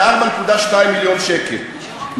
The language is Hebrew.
4.2 מיליון שקלים,